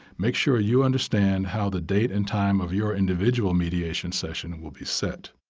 make sure you understand how the date and time of your individual mediation session will be set.